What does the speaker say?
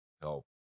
help